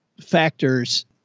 factors